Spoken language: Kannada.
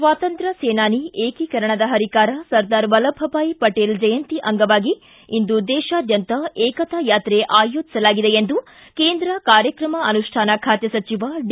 ಸ್ವಾತಂತ್ರ್ಯ ಸೇನಾನಿ ಏಕೀಕರಣದ ಹರಿಕಾರ ಸರ್ದಾರ್ ವಲ್ಲಭಭಾಯ್ ಪಟೇಲ್ ಜಯಂತಿ ಅಂಗವಾಗಿ ಇಂದು ದೇಶಾದ್ಯಂತ ಏಕತಾ ಯಾತ್ರೆ ಆಯೋಜಿಸಲಾಗಿದೆ ಎಂದು ಕೇಂದ್ರ ಕಾರ್ಯಕ್ರಮ ಅನುಷ್ಠಾನ ಖಾತೆ ಸಚಿವ ಡಿ